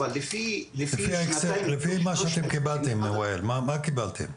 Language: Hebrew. לפי מה שקיבלתם, מונהאל, מה קיבלתם?